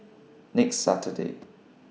next Saturday